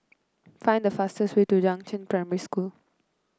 find the fastest way to Yangzheng Primary School